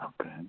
Okay